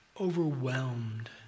overwhelmed